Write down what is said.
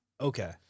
Okay